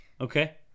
Okay